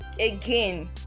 again